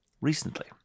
recently